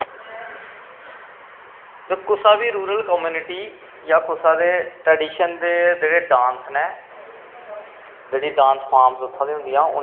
कुसा बी rural community जां कुसें बी ट्राडिशन दे जेह्ड़े डांस नै जेह्ड़ी डांस फार्म उत्थें दी होंदियां उनेंगी उनेंगी प्रज़र्व करनी इंप्रूव करना बड़ा जरूरी होंदा ऐ